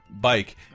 Bike